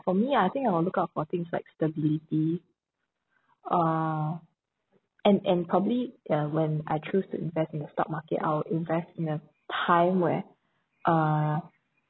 for me I think I will look out for things like stability uh and and probably ya when I choose to invest in the stock market I'll invest in a time where uh